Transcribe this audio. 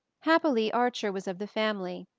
happily archer was of the family,